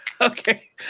Okay